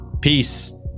Peace